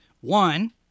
One